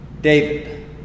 David